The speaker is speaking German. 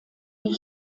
die